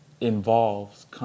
involves